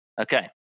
Okay